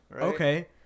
Okay